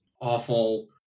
awful